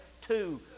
two